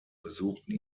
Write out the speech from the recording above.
besuchten